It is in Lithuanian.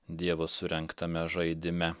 dievo surengtame žaidime